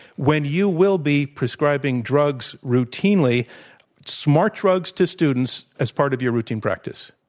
when you will be prescribing drugs routinely smart drugs to students, as part of your routine practice?